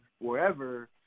wherever